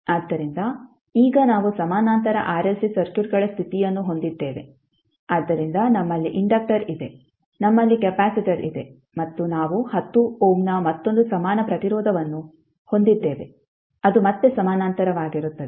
ಆದ್ದರಿಂದ ಈಗ ನಾವು ಸಮಾನಾಂತರ ಆರ್ಎಲ್ಸಿ ಸರ್ಕ್ಯೂಟ್ಗಳ ಸ್ಥಿತಿಯನ್ನು ಹೊಂದಿದ್ದೇವೆ ಆದ್ದರಿಂದ ನಮ್ಮಲ್ಲಿ ಇಂಡಕ್ಟರ್ ಇದೆ ನಮ್ಮಲ್ಲಿ ಕೆಪಾಸಿಟರ್ ಇದೆ ಮತ್ತು ನಾವು 10 ಓಮ್ನ ಮತ್ತೊಂದು ಸಮಾನ ಪ್ರತಿರೋಧವನ್ನು ಹೊಂದಿದ್ದೇವೆ ಅದು ಮತ್ತೆ ಸಮಾನಾಂತರವಾಗಿರುತ್ತದೆ